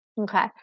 okay